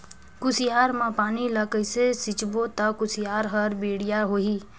कुसियार मा पानी ला कइसे सिंचबो ता कुसियार हर बेडिया होही?